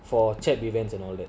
for chat events and all that